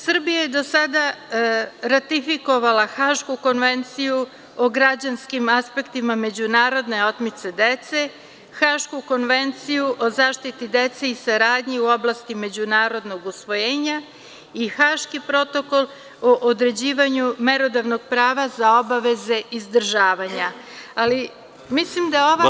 Srbija je do sada ratifikovala Hašku konvenciju o građanskim aspektima međunarodne otmice dece, Hašku konvenciju o zaštiti dece i saradnji u oblasti međunarodnog usvojenja i Haški protokol o određivanju merodavnog prava za obaveze izdržavanja, ali mislim da je ova konvencija…